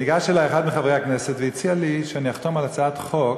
ניגש אלי אחד מחברי הכנסת והציע לי שאחתום על הצעת חוק